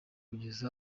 bageze